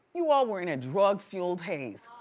you all were in a drug fueled haze.